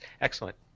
excellent